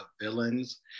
villains